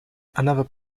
another